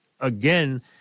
again